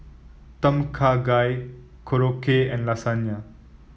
Tom Kha Gai Korokke and Lasagna